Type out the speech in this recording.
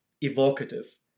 evocative